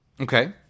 Okay